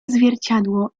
zwierciadło